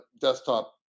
desktop